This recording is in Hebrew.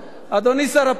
אדוני שר הפנים.